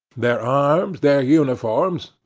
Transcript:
their arms, their uniforms,